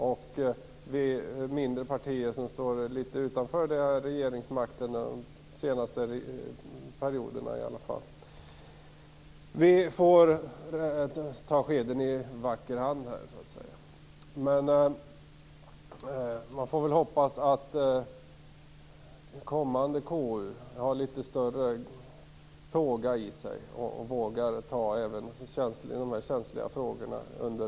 Och vi i de mindre partierna som har stått litet utanför regeringsmakten under de senaste perioderna får ta skeden i vacker hand, så att säga. Men man får väl hoppas att det kommande konstitutionsutskottet har litet mera tåga i sig och vågar granska även dessa känsliga frågor.